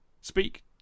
speak